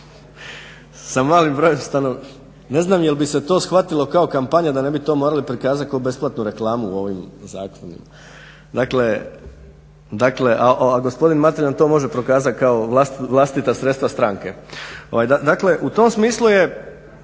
ne razumije./… Ne znam jel' bi se to shvatilo kao kampanja da ne bi to morali prikazati kao besplatnu reklamu u ovim … /Govornik se ne razumije./… Dakle, a gospodin Mateljan to može prokazati kao vlastita sredstva stranke. Dakle, u tom smislu je